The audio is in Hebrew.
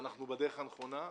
אנחנו בדרך הנכונה.